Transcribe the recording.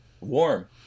warm